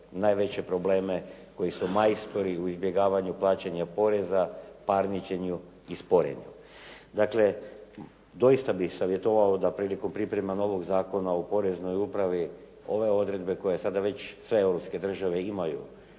najveće probleme, koji su majstori u izbjegavanju plaćanja poreza, parničenju i sporenju. Dakle, doista bih savjetovao da prilikom pripreme novog Zakona o poreznoj upravi ove odredbe koje sada već sve europske države imaju,